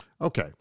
Okay